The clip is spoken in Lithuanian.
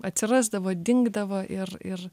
atsirasdavo dingdavo ir ir